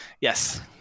yes